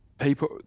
people